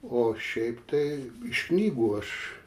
o šiaip tai iš knygų aš